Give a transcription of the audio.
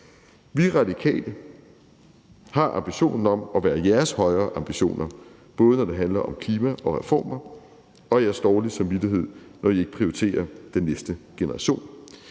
Vi Radikale har ambitionen om at være jeres højere ambitioner, både når det handler om klima og reformer, og jeres dårlige samvittighed, når I ikke prioriterer den næste generation.